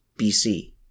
BC